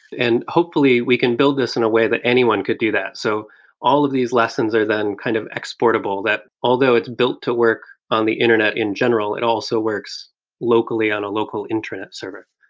and hopefully, we can build this in a way that anyone could do that. so all of these lessons are then kind of exportable, that although it's built to work on the internet in general, it also works locally on a local internet server